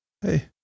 Hey